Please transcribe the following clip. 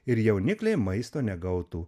ir jaunikliai maisto negautų